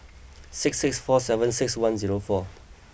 six six four seven six one zero four